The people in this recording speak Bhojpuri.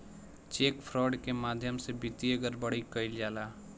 चेक फ्रॉड के माध्यम से वित्तीय गड़बड़ी कईल जाला